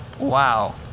Wow